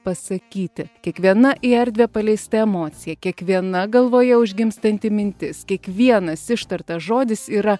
pasakyti kiekviena į erdvę paleista emocija kiekviena galvoje užgimstanti mintis kiekvienas ištartas žodis yra